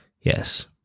Yes